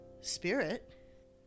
Spirit